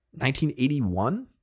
1981